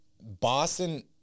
Boston